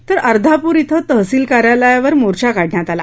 तर अर्धापुर ि तहसील कार्यालयावर मोर्चा काढण्यात आला